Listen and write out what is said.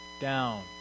down